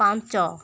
ପାଞ୍ଚ